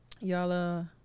y'all